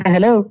Hello